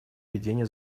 ведения